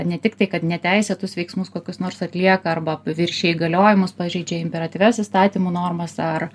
ne tik tai kad neteisėtus veiksmus kokius nors atlieka arba viršija įgaliojimus pažeidžia imperatyvias įstatymų normas ar